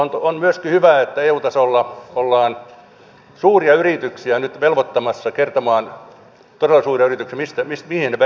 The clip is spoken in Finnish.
on myöskin hyvä että eu tasolla ollaan suuria yrityksiä todella suuria yrityksiä nyt velvoittamassa kertomaan mihin he veronsa maksavat